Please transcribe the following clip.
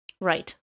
Right